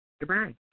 Goodbye